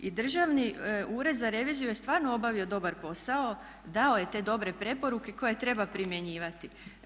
I Državni ured za reviziju je stvarno obavio dobar posao, dao je te dobre preporuke koje treba primjenjivati.